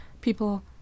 people